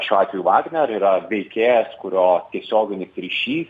šiuo atveju vagner yra veikėjas kurio tiesioginis ryšys